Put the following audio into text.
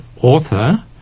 author